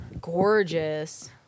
gorgeous